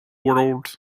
world